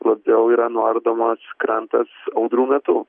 labiau yra nuardomas krantas audrų metu